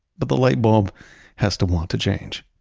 but the light bulb has to want to change